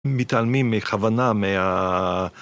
מתעלמים מכוונה מה...